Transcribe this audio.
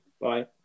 Bye